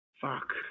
Fuck